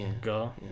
Go